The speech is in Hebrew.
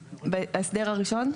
ההסדר הראשון?